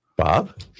Bob